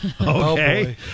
okay